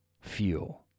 fuel